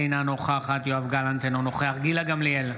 אינה נוכחת יואב גלנט, אינו נוכח גילה גמליאל,